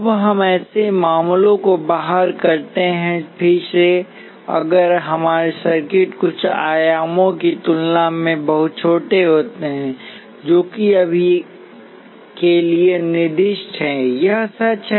अब हम ऐसे मामलों को बाहर करते हैं फिर से अगर हमारे सर्किट कुछ आयामों की तुलना में बहुत छोटे हैं जो कि अभी के लिए निर्दिष्ट है यह सच है